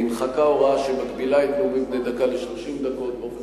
נמחקה הוראה שמגבילה את נאומים בני דקה לשלושים דקות באופן